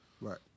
Right